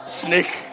snake